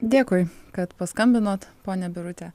dėkui kad paskambinot ponia birute